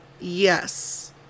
Yes